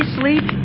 sleep